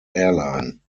airline